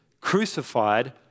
crucified